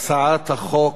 הצעת החוק